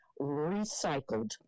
recycled